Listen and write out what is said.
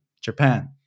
Japan